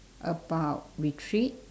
about retreat